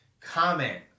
comment